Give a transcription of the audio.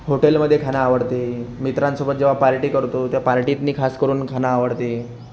हॉटेलमध्ये खाणं आवडते मित्रांसोबत जेव्हा पार्टी करतो त्या पार्टीतून खास करून खाणं आवडते